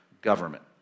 Government